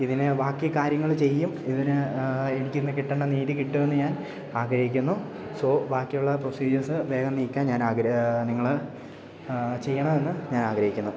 ഇതിനെ ബാക്കി കാര്യങ്ങള് ചെയ്യും ഇതിന് എനിക്കിന്ന് കിട്ടണ്ട നീതി കിട്ടുവെന്ന് ഞാൻ ആഗ്രഹിക്കുന്നു സോ ബാക്കി ഉള്ള പ്രോസിജിയേഴ്സ് വേഗം നീക്കാൻ ഞാൻ ആഗ്ര നിങ്ങള് ചെയ്യണമെന്ന് ഞാൻ ആഗ്രഹിക്കുന്നു